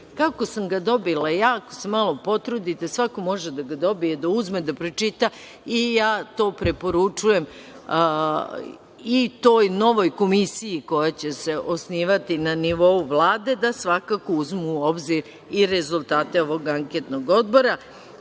Kako sam ga dobila ja, ako se malo potrudite, svako može da ga dobije, da uzme, da pročita i ja to preporučujem i toj novoj komisiji koja će se osnivati na nivou Vlade da svakako uzmu u obzir i rezultate ovog anketnog odbora.